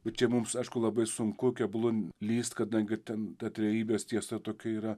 bet čia mums aišku labai sunku keblu lįst kadangi ten ta trejybės tiesa tokia yra